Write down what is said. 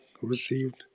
received